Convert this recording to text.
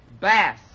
bass